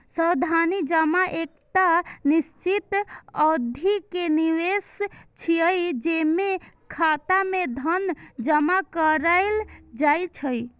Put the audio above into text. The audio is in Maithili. सावधि जमा एकटा निश्चित अवधि के निवेश छियै, जेमे खाता मे धन जमा कैल जाइ छै